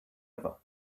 other